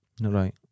Right